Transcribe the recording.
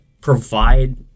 provide